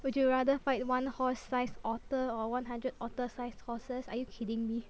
would you rather fight one horse-sized otter or one hundred otter-sized horses are you kidding me